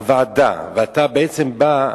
בא,